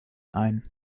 ein